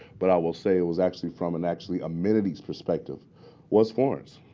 but i will say it was actually from an actually amenities perspective was florence.